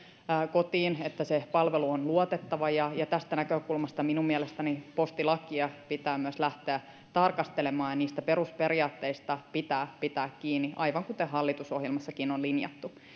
kotiin että se palvelu on luotettava tästä näkökulmasta minun mielestäni myös postilakia pitää lähteä tarkastelemaan ja niistä perusperiaatteista pitää pitää kiinni aivan kuten hallitusohjelmassakin on linjattu